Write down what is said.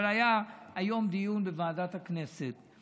אבל היום היה דיון בוועדת הכנסת,